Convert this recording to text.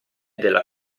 della